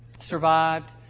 survived